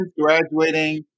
graduating